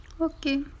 Okay